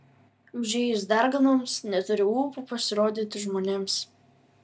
užėjus darganoms neturi ūpo pasirodyti žmonėms